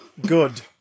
good